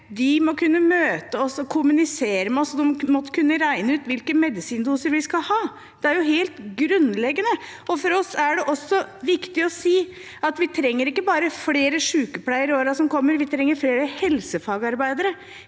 De må kunne møte oss og også kommunisere med oss, og de må kunne regne ut hvilken medisindose vi skal ha. Det er jo helt grunnleggende. For oss er det også viktig å si at vi trenger ikke bare flere sykepleiere i årene som kommer, vi trenger også flere helsefagarbeidere,